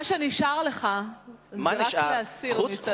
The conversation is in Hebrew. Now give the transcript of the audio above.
מה שנשאר לך זה רק להסיר מסדר-היום.